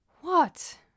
What